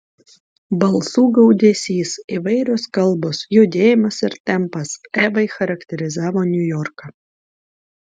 balsų gaudesys įvairios kalbos judėjimas ir tempas evai charakterizavo niujorką